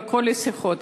בכל השיחות,